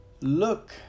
Look